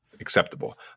acceptable